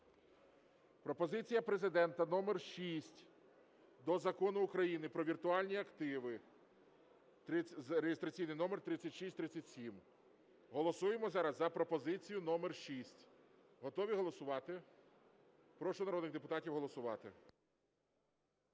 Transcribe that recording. Пропозиція Президента номер 6 до Закону України "Про віртуальні активи" (реєстраційний номер 3637). Голосуємо зараз за пропозицію номер 6. Готові голосувати? Прошу народних депутатів голосувати.